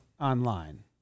online